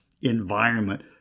environment